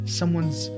someone's